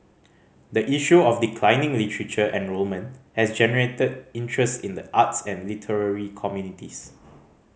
the issue of declining literature enrolment has generated interest in the arts and literary communities